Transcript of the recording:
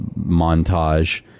montage